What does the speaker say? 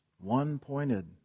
One-pointed